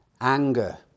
anger